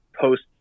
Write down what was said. post